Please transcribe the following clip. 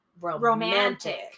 romantic